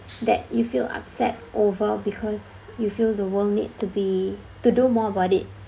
that you feel upset over because you feel the world needs to be to do more about it